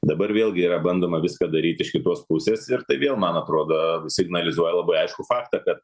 dabar vėlgi yra bandoma viską daryt iš kitos pusės ir tai vėl man atrodo signalizuoja labai aiškų faktą kad